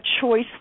choice